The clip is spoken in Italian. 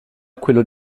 quello